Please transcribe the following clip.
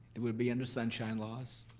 it would be under sunshine laws,